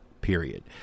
period